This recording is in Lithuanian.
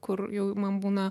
kur jau man būna